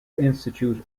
institute